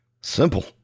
Simple